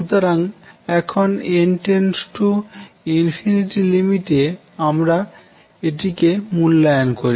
সুতরাং এখন n→ ∞ লিমিটে আমরা এদিকে মূল্যায়ন করি